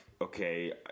okay